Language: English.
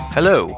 Hello